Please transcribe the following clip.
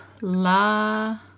la